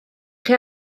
chi